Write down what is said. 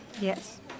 Yes